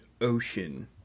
ocean